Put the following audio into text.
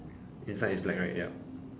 inside is black right ya